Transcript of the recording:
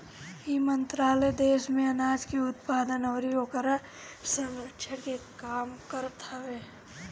इ मंत्रालय देस में आनाज के उत्पादन अउरी ओकरी संरक्षण के काम करत हवे